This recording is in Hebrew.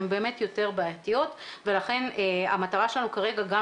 הן באמת יותר בעייתיות ולכן המטרה שלנו כרגע גם